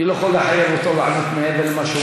אני לא יכול לחייב אותו לענות מעבר למה שהוא